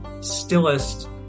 stillest